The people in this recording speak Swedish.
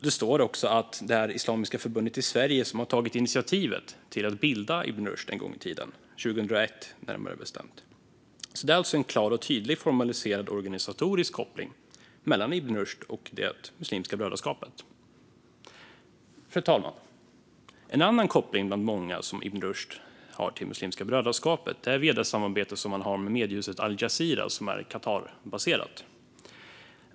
Det står också att det var Islamiska förbundet i Sverige som tog initiativet att bilda Ibn Rushd en gång i tiden, närmare bestämt 2001. Det är alltså en klar och tydlig formaliserad organisatorisk koppling mellan Ibn Rushd och Muslimska brödraskapet. Fru talman! En annan koppling bland många som Ibn Rushd har till Muslimska brödraskapet är via det samarbete som förbundet har med mediehuset al-Jazira, som är Qatarbaserat.